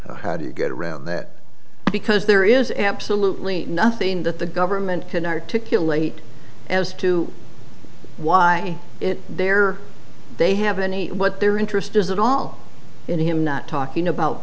how do you get around that because there is absolutely nothing that the government can articulate as to why they're they have any what their interest is that all in him not talking about